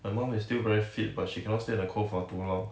my mom is still very fit but she cannot stay in the cold for too long